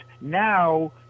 now